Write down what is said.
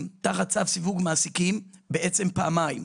תחת צו סיווג מעסיקים בעצם פעמיים.